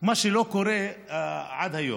מה שלא קורה עד היום.